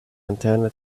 antenna